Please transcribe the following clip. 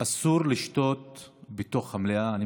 אסור לשתות בתוך המליאה.